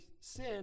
sin